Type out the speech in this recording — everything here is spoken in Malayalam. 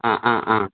ആ ആ ആ